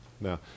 Now